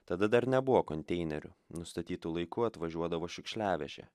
tada dar nebuvo konteinerių nustatytu laiku atvažiuodavo šiukšliavežė